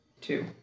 Two